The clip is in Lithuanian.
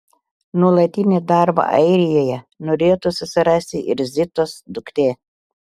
nuolatinį darbą airijoje norėtų susirasti ir zitos duktė